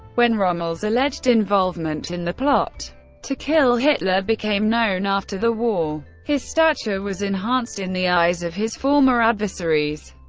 when rommel's alleged involvement in the plot to kill hitler became known after the war, his stature was enhanced in the eyes of his former adversaries.